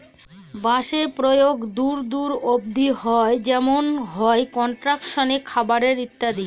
বাঁশের প্রয়োগ দূর দূর অব্দি হয় যেমন হয় কনস্ট্রাকশনে, খাবারে ইত্যাদি